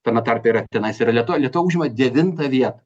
tame tarpe yra tenais yra lietuva lietuva užima devintą vietą